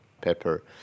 pepper